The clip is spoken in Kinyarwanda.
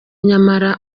nyamara